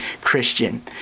Christian